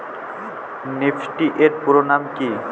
Nifty এর পুরোনাম কী?